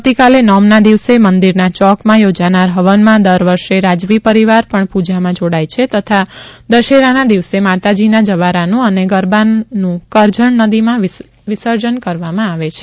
આવતીકાલે નોમના દિવસે મંદિરના ચોકમાં થોજાનાર હવનમાં દર વર્ષે રાજવી પરીવાર પણ પુજામાં જોડાય છે તથા દશેરાના દિવસે માતાજીના જવારાનું અને ગરબાનું કરજણ નદીમાં વિસર્જન કરવામાં આવશે